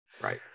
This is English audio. Right